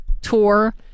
tour